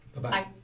Bye-bye